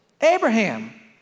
Abraham